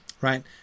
right